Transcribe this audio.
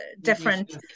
different